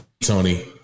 Tony